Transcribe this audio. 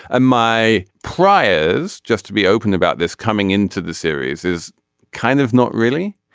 and my cry is just to be open about this coming into the series is kind of not really.